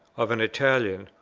of an italian,